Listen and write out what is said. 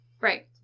Right